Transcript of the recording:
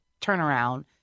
turnaround